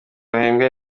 bahembwe